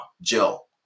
Jill